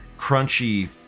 crunchy